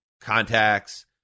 contacts